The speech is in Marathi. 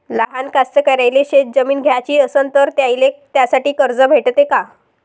लहान कास्तकाराइले शेतजमीन घ्याची असन तर त्याईले त्यासाठी कर्ज भेटते का?